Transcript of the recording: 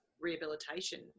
rehabilitation